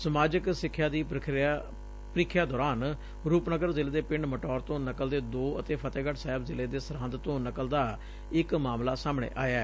ਸਮਾਜਿਕ ਸੱਖਿਆ ਦੀ ਪ੍ਰੀਖਿਆ ਦੌਰਾਨ ਰੁਪਨਗਰ ਜ਼ਿਲੇ ਦੇ ਪਿੰਡ ਮਟੌਰ ਤੋਂ ਨਕਲ ਦੇ ਦੋ ਅਤੇ ਫ਼ਤਹਿਗੜ੍ ਸਾਹਿਬ ਜ਼ਿਲ੍ਹੇ ਦੇ ਸਰਹਿੰਦ ਤੋਂ ਨਕਲ ਦਾ ਇੱਕ ਮਾਮਲਾ ਸਾਮਣੇ ਆਇਐ